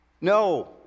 no